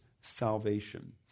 salvation